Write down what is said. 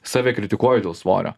save kritikuoju dėl svorio